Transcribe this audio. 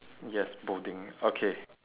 yes balding okay